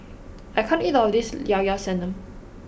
I can't eat all of this Llao Llao Sanum